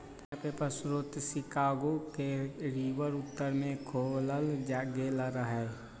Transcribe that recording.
पहिला पेपर स्रोत Chicago river रिवर उत्तर में खोलल गेल रहै